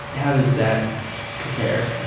how does that compare?